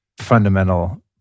fundamental